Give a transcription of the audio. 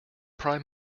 prime